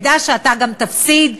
תדע שאתה גם תפסיד,